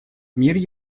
мир